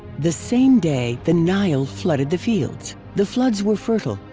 the same day, the nile flooded the fields. the floods were fertile,